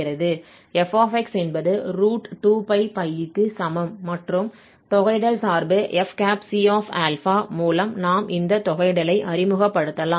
f என்பது 2 க்கு சமம் மற்றும் தொகையிடல் சார்பு fc∝ மூலம் நாம் இந்த தொகையிடலை அறிமுகப்படுத்தலாம்